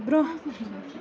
برٛۄنٛہہ